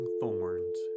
thorns